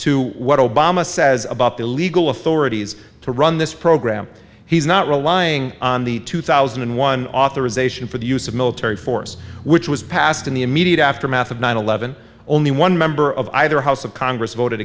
to what obama says about the legal authorities to run this program he's not relying on the two thousand and one authorization for the use of military force which was passed in the immediate aftermath of nine eleven only one member of either house of congress voted